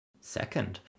Second